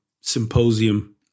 symposium